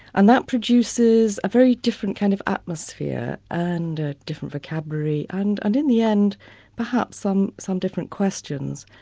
and that produces a very different kind of atmosphere, and a different vocabulary, and and in the end perhaps some some different questions.